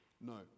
No